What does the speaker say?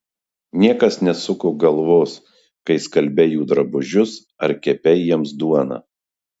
niekas nesuko galvos kai skalbei jų drabužius ar kepei jiems duoną